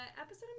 episode